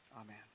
Amen